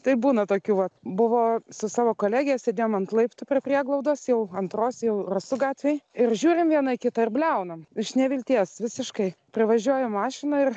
taip būna tokių va buvo su savo kolege sėdėjom ant laiptų prie prieglaudos jau antrose jau rasų gatvėje ir žiūrim viena į kitą ir bliaunam iš nevilties visiškai privažiuoja mašina ir